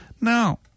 Now